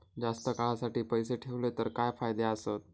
जास्त काळासाठी पैसे ठेवले तर काय फायदे आसत?